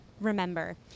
remember